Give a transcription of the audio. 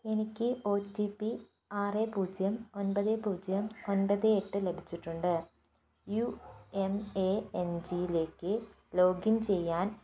എനിക്ക് O T P ആറ് പൂജ്യം ഒൻപത് പൂജ്യം ഒൻപത് എട്ട് ലഭിച്ചിട്ടുണ്ട് യു എം എ എൻ ജിയിലേക്ക് ലോഗിൻ ചെയ്യാൻ